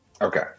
Okay